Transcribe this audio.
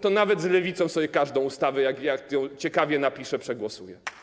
to nawet z Lewicą sobie każdą ustawę, jak ją ciekawie napiszę, przegłosuję.